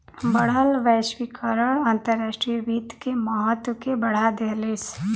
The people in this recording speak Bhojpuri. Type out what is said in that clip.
बढ़ल वैश्वीकरण अंतर्राष्ट्रीय वित्त के महत्व के बढ़ा देहलेस